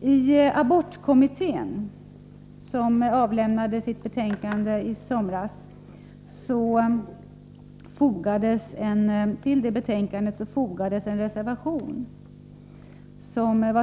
Till abortkommitténs betänkande, som avlämnades i somras, fogades en reservation